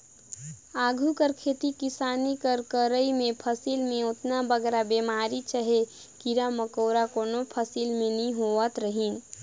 आघु कर खेती किसानी कर करई में फसिल में ओतना बगरा बेमारी चहे कीरा मकोरा कोनो फसिल में नी होवत रहिन